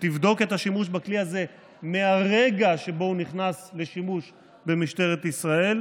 שתבדוק את השימוש בכלי הזה מהרגע שבו הוא נכנס לשימוש במשטרת ישראל,